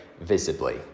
visibly